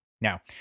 Now